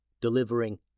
Delivering